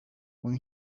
when